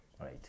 right